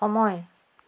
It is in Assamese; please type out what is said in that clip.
সময়